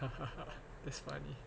that's funny